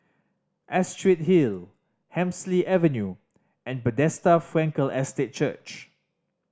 Astrid Hill Hemsley Avenue and Bethesda Frankel Estate Church